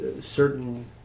certain